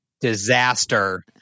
Disaster